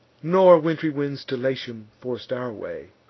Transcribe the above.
nor wintry winds to latium forc'd our way,